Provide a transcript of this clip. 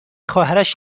خواهرش